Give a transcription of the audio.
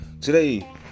Today